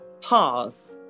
pause